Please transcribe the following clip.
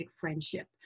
friendship